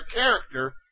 character